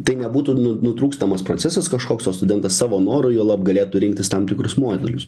tai nebūtų nu nutrūkstamas procesas kažkoks o studentas savo noru juolab galėtų rinktis tam tikrus modulius